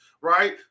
right